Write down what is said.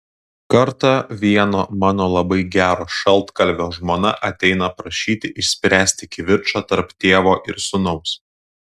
kartą vieno mano labai gero šaltkalvio žmona ateina prašyti išspręsti kivirčą tarp tėvo ir sūnaus